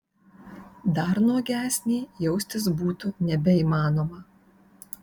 dar nuogesnei jaustis būtų nebeįmanoma